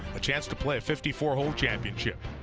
a chance to play a fifty four hole championship.